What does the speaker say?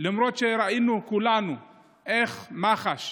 למרות שכולנו ראינו איך מח"ש